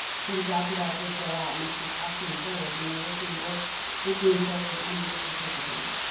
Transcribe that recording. so the job developers go out and actually talk to employers, and they're working both with the employers and with the participants.